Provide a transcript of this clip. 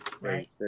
right